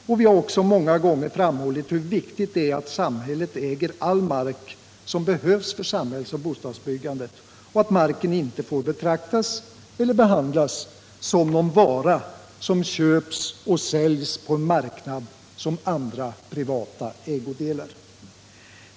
Många gånger har vi också framhållit hur viktigt det är att samhället äger all mark som behövs för samhällsoch bostadsbyggande, och att marken inte får betraktas eller behandlas som någon vara som köps eller säljs på en marknad, som andra privata ägodelar.